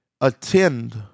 attend